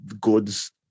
goods